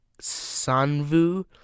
Sanvu